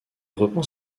reprend